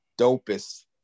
dopest